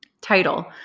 Title